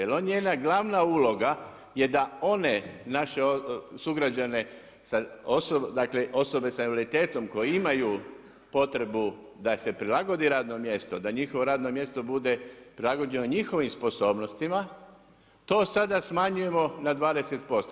Jer njena glavna uloga je da one naše sugrađane, dakle osobe sa invaliditetom koje imaju potrebu da se prilagodi radno mjesto, da njihovo radno mjesto bude prilagođeno njihovim sposobnostima to sada smanjujemo na 20%